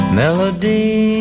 melody